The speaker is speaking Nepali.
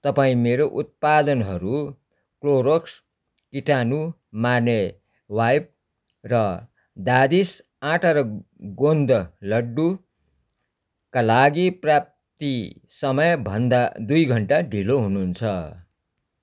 तपाईँ मेरो उत्पादनहरू क्लोरोक्स कीटाणु मार्ने वाइप र दादिस् आँटा र गोन्द लड्डूका लागि प्राप्ति समयभन्दा दुई घन्टा ढिलो हुनुहुन्छ